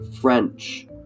French